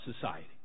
society